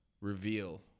reveal